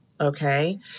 okay